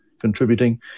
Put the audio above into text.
contributing